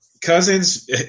Cousins